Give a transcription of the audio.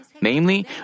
Namely